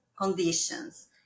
conditions